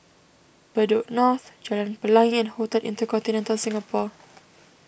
Bedok North Jalan Pelangi and Hotel Intercontinental Singapore